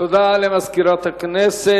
ישראל חסון ומשה גפני וקבוצת חברי הכנסת,